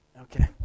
Okay